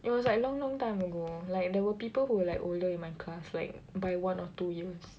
it was like long long time ago like there were people who like older in my class like by one or two years